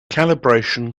calibration